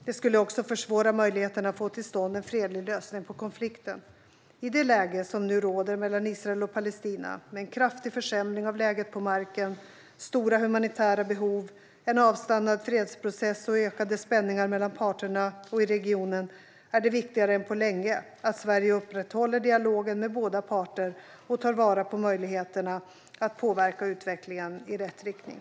Det skulle också försvåra möjligheterna att få till stånd en fredlig lösning på konflikten. I det läge som nu råder mellan Israel och Palestina, med en kraftig försämring av läget på marken, stora humanitära behov, en avstannad fredsprocess och ökade spänningar mellan parterna och i regionen, är det viktigare än på länge att Sverige upprätthåller dialogen med båda parter och tar vara på möjligheterna att påverka utvecklingen i rätt riktning.